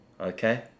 Okay